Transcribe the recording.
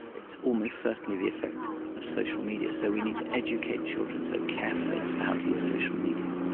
it's almost certainly the effect of social media. so we need to educate children so carefully as to how to use social media.